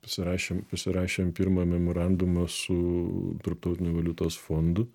pasirašėm pasirašėm pirmą memorandumą su tarptautiniu valiutos fondu